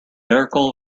article